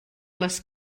les